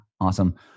Awesome